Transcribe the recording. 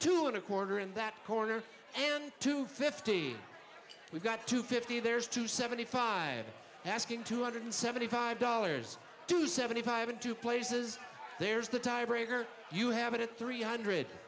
two and a quarter in that corner and two fifty we've got two fifty there's two seventy five asking two hundred seventy five dollars to seventy five in two places there's the tie breaker you have it at three hundred